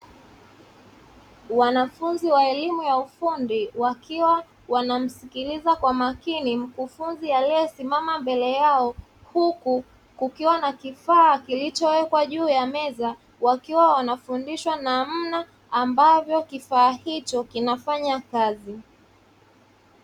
Wanafunzi wa elimu ya ufundi wakiwa wanamsikiliza kwa makini mkufunzi aliyesimama mbele yao, huku kukiwa na kifaa kilichowekwa juu ya meza, wakiwa wanafundishwa namna ambavyo kifaa hicho kinafanya kazi.